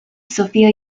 sofia